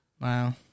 Wow